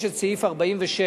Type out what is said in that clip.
סעיף 46